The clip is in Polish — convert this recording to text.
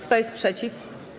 Kto jest przeciw?